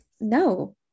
No